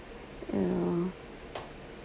ya